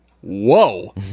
whoa